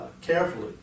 Carefully